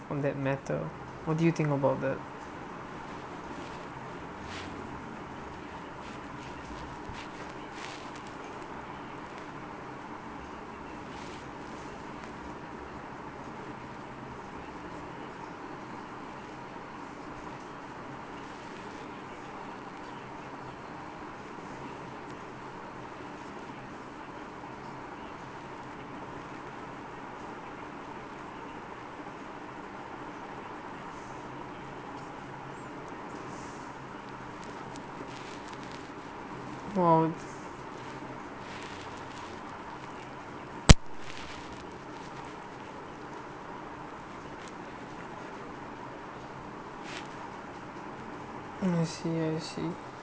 on that matter what do you think about that !wow! I see I see